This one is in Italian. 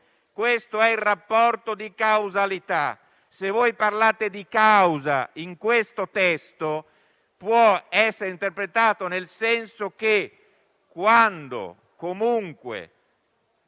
Questo è il rapporto di causalità. Se vuoi parlate di causa in questo testo, può essere interpretato nel senso che quando comunque